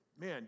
Man